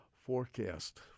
forecast